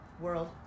world